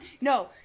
No